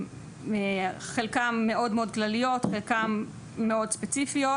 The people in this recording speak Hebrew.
חלקם מאוד מאוד כלליות, חלקם מאוד ספציפיות